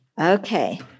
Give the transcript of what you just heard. Okay